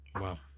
Wow